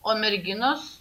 o merginos